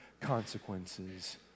consequences